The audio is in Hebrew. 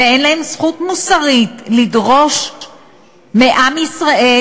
ואין להם זכות מוסרית לדרוש מעם ישראל